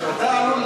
בו.